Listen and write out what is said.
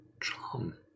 charm